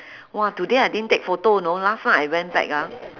!wah! today I didn't take photo you know last night I went back ah